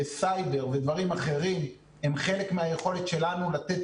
סייבר ודברים אחרים הם חלק מהיכולת שלנו לתת